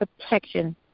protection